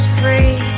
free